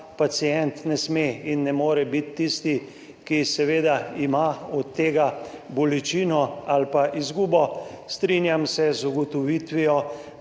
pacient ne sme in ne more biti tisti, ki ima seveda od tega bolečino ali pa izgubo. Strinjam se z ugotovitvijo,